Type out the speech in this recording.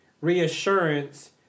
reassurance